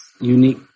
unique